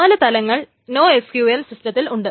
നാലു തലങ്ങൾ നോഎസ്ക്യൂഎൽ സിസ്റ്റത്തിൽ ഉണ്ട്